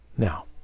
Now